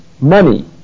money